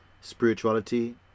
spirituality